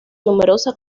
numerosa